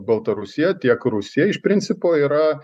baltarusija tiek rusija iš principo yra